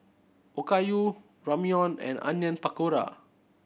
Okayu Ramyeon and Onion Pakora